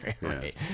Right